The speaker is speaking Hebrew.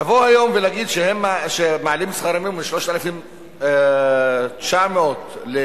לבוא היום ולהגיד שמעלים את שכר המינימום מ-3,900 ל-4,100,